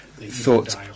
Thoughts